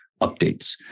updates